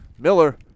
Miller